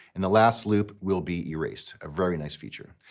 and the last loop will be erased. a very nice feature.